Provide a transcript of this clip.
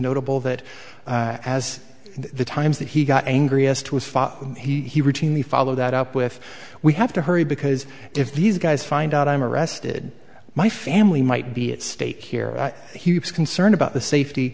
notable that as the times that he got angry as to his father he routinely followed that up with we have to hurry because if these guys find out i'm arrested my family might be at stake here he was concerned about the safety